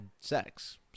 sex